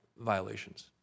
violations